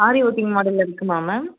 ஆரி working மாடலில் இருக்குமா ma'am